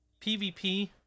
PvP